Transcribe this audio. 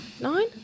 nine